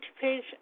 page